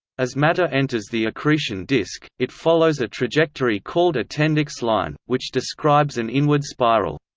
as matter enters the accretion disc, it follows a trajectory called a tendex line, which describes an inward spiral.